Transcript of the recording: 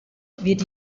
wird